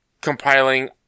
compiling